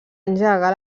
engegar